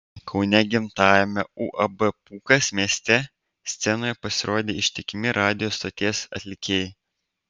kaune gimtajame uab pūkas mieste scenoje pasirodė ištikimi radijo stoties atlikėjai